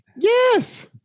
Yes